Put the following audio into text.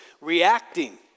reacting